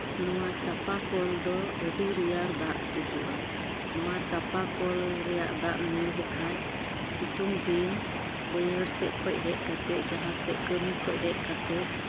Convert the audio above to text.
ᱱᱚᱣᱟ ᱪᱟᱸᱯᱟ ᱠᱚᱞ ᱫᱚ ᱟᱹᱡᱰᱤ ᱨᱮᱭᱟᱲ ᱫᱟᱜ ᱛᱩᱫᱩᱜᱼᱟ ᱱᱚᱣᱟ ᱪᱟᱸᱯᱟ ᱠᱚᱞ ᱨᱮ ᱭᱟᱜ ᱫᱟᱜᱼᱮᱢ ᱧᱩ ᱞᱮᱠᱷᱟᱡ ᱥᱤᱛᱩᱝ ᱫᱤᱱ ᱵᱟᱹᱭᱦᱟᱹᱲ ᱥᱮᱫ ᱠᱷᱚᱱ ᱦᱮᱡ ᱠᱟᱛᱮᱫ ᱡᱟᱦᱟᱸ ᱥᱮᱫ ᱠᱟᱹᱢᱤ ᱠᱷᱚᱡ ᱦᱮᱡ ᱠᱟᱛᱮᱫ